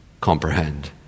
comprehend